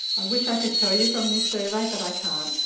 i wish i could tell you from this survey but i can't.